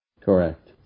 Correct